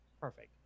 perfect